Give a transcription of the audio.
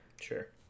Sure